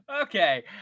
okay